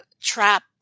trap